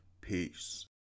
Peace